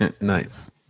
Nice